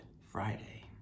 Friday